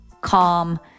calm